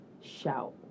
shout